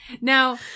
Now